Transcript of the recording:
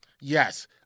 Yes